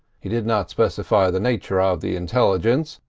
he did not specify the nature of the intelligence,